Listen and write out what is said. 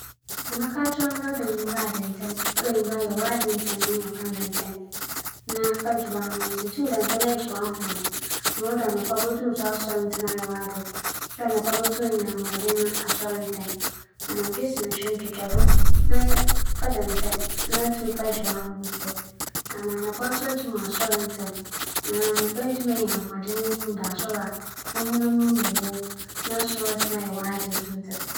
Sɛ mowͻ nyɛnko bi na sɛ onntum nnsoɛr ntsɛm a, mobͻsusu ama no dɛ ͻbͻtwe no ho efi tɛlɛbihyɛn hwɛ anaa "phone" do hwɛ ber a ͻrekɛda ͻbͻtwe no ho efi ho. Ma ͻtͻ do ebien no mebɛma ma ͻahwehwɛ biribi a ͻbɛkyerɛ no mber ama ansaana ͻrobͻkͻ beebiara no, dɛm adze no abͻ ayɛ dede ama oeetum asoɛr. ͻno ekyir no, mebɛkyerɛ no dɛ otwar dɛ ͻda ntsɛm, ͻno bͻ boa ma oeetum asoɛr ntsɛm.